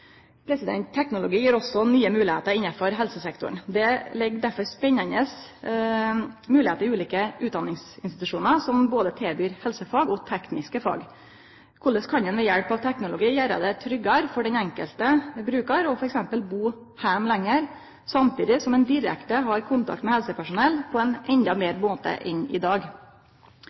Teknologi gjev òg nye moglegheiter innafor helsesektoren. Det ligg derfor spennande moglegheiter i ulike utdanningsinstitusjonar som både tilbyr helsefag og tekniske fag. Korleis kan ein ved hjelp av teknologi gjere det tryggare for den enkelte brukar å t.d. bu heime lenger, samstundes som ein har direkte kontakt med helsepersonell på ein endå betre måte enn i dag.